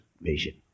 vision